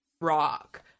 rock